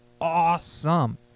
awesome